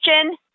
question